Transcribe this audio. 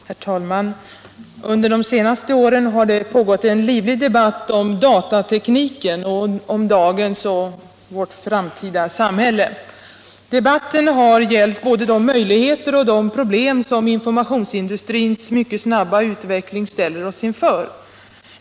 Herr talman! Under de senaste åren har det pågått en livlig debatt om datatekniken och dagens och vårt framtida samhälle. Debatten har gällt både de möjligheter och de problem som informationsindustrins mycket snabba utveckling ställer oss inför.